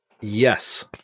Yes